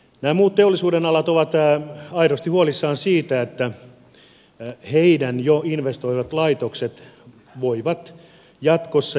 nämä muut teollisuudenalat ovat aidosti huolissaan siitä että heidän jo investoimansa laitokset voivat jatkossa olla uhattuina